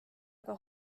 aga